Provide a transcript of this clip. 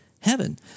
heaven